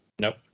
nope